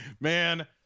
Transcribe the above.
Man